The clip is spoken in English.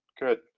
good